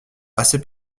assez